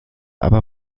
aber